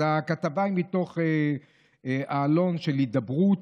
אז הכתבה היא מתוך עלון של "הידברות",